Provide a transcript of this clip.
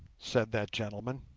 said that gentleman.